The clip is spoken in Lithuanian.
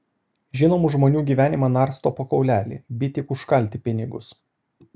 žinomų žmonių gyvenimą narsto po kaulelį by tik užkalti pinigus